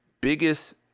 biggest